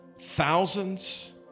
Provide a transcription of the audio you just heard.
thousands